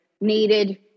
needed